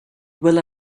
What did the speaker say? will